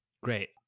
great